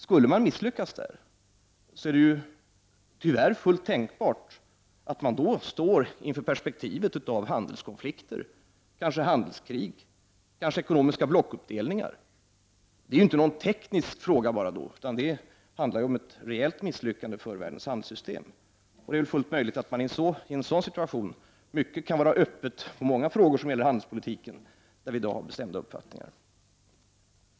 Skulle man misslyckas där är det tyvärr fullt tänkbart att man står inför perspektivet av handelskonflikter och kanske handelskrig, kanske ekonomiska blockuppdelningar. Då är det inte bara en teknisk fråga, utan det handlar om ett rejält misslyckande för världens handelssystem. I en sådan situation kan mycket vara öppet som gäller handelspolitiken, där vi i dag har bestämda uppfattningar.